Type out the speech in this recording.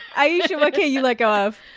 ayesha, what can't you let go of?